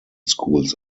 schools